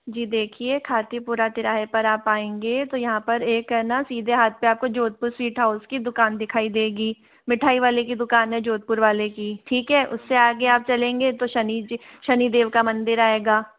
जी देखिए खातीपुरा तिराहे पर आप आएँगे तो यहाँ पर एक है ना सीधे हाथ पर आपको जोधपुर स्वीट हाउस की दुकान दिखाई देगी मिठाई वाले की दुकान है जोधपुर वाले की ठीक है उससे आगे आप चलेंगे तो शनि जी शनि देव का मंदिर आएगा